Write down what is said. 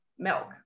milk